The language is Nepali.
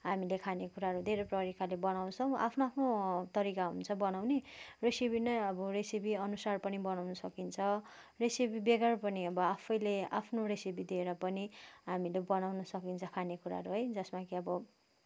हामीले खानेकुराहरू धेरै परिकारले बनाउँछौँ आफ्नो आफ्नो तरिका हुन्छ बनाउने रेसिपी नै अब रेसिपी अनुसार पनि बनाउन सकिन्छ रेसिपी बेगर पनि अब आफैले आफ्नो रेसिपी दिएर पनि हामीले बनाउन सकिन्छ खानेकुराहरू है जसमा कि अब